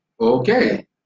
Okay